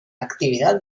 actividad